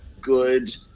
good